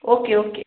okay okay